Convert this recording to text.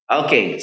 okay